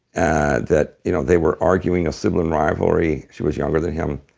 and that you know they were arguing. a sibling rivalry. she was younger than him.